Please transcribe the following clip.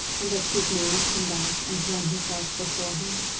and that she had now come back and thrown herself before him?